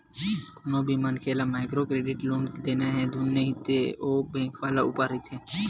कोनो भी मनखे ल माइक्रो क्रेडिट लोन देना हे धुन नइ ते ओ बेंक वाले ऊपर रहिथे